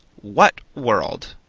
what world?